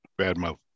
badmouth